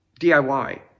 DIY